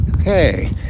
Okay